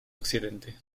occidente